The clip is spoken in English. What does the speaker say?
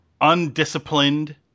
Undisciplined